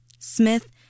Smith